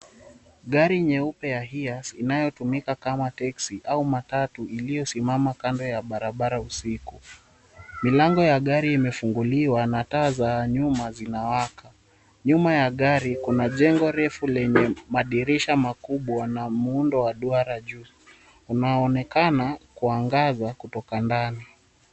Gari nyeupe ya Hiace, inayotumika kama teksi au matatu, iliyosimama kando ya barabara usiku. Milango ya gari imefunguliwa na taa za nyuma zinawaka. Nyuma ya gari kuna jengo refu lenye madirisha makubwa na muundo wa duara juu, unaoonekana kuangaza kutoka ndani.